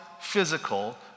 physical